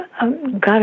God